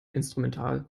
instrumental